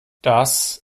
das